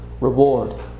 reward